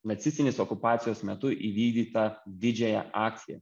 nacistinės okupacijos metu įvykdytą didžiąją akciją